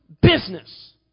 business